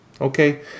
Okay